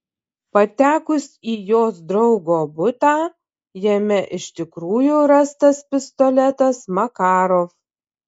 patekus į jos draugo butą jame iš tikrųjų rastas pistoletas makarov